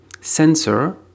sensor